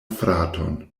fraton